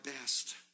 best